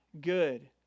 good